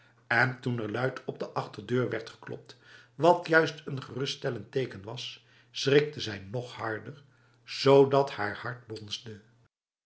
en toen er luid op de achterdeur werd geklopt wat juist een geruststellend teken was schrikte zij nog harder zodat haar hart bonsde